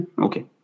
okay